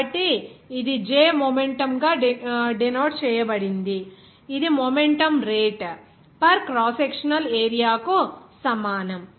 కాబట్టి ఇది J momentum గా డెనోట్ చేయబడింది ఇది momentum rate per cross sectional area కు సమానం